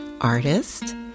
artist